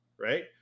right